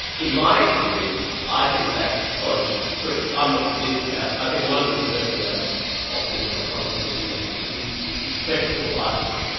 in my experience, i think that's closer to the truth. i'm not convinced about, i think a lot of the research around optimism, positive thinking, is is questionable, i think.